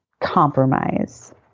compromise